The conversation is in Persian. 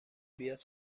بیاد